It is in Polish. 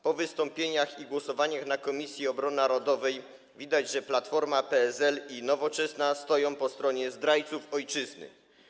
Po wystąpieniach i głosowaniach w Komisji Obrony Narodowej widać, że Platforma, PSL i Nowoczesna stoją po stronie zdrajców ojczyzny.